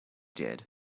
did